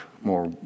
more